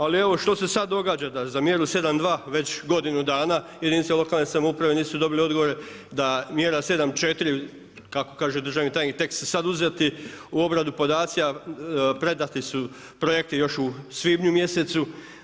Ali evo što se sada događa da za mjeru 7.2 već godinu dana jedinice lokalne samouprave nisu dobile odgovore, da mjera 7.4 kako kaže državni tajnik tek su sada uzeti u obradu podaci a predati su projekti još u svibnju mjesecu.